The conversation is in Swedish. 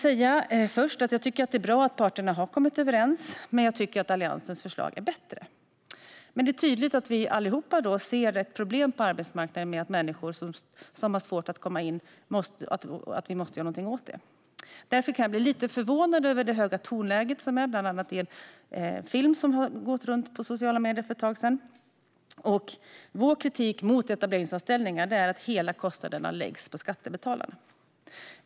Jag tycker att det är bra att parterna har kommit överens, men jag tycker att Alliansens förslag är bättre. Det är dock tydligt att vi alla ser ett problem på arbetsmarknaden med människor som har svårt att komma in och att vi måste göra någonting åt detta. Därför blir jag lite förvånad över det höga tonläget i debatten, bland annat i en film som för ett tag sedan cirkulerade i sociala medier. Vår kritik mot etableringsanställningar är att hela kostnaden läggs på skattebetalarna.